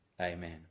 Amen